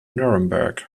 nuremberg